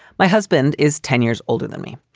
my husband is ten years older than me.